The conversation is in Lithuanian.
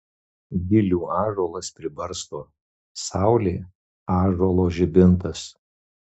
gilių ąžuolas pribarsto saulė ąžuolo žibintas